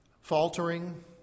faltering